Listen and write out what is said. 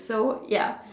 so ya